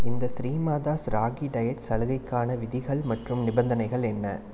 இந்த ஸ்ரீமாதாஸ் ராகி டயட்ஸ் சலுகைக்கான விதிகள் மற்றும் நிபந்தனைகள் என்ன